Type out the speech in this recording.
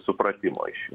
supratimo iš jų